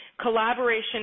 Collaboration